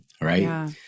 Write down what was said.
right